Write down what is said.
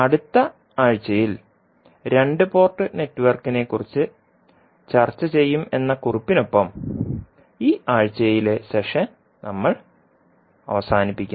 അടുത്ത ആഴ്ചയിൽ രണ്ട് പോർട്ട് നെറ്റ്വർക്കിനെക്കുറിച്ച് ചർച്ചചെയ്യുമെന്ന കുറിപ്പിനൊപ്പം ഈ ആഴ്ചയിലെ സെഷൻ നമ്മൾ അവസാനിപ്പിക്കുന്നു